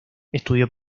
estudió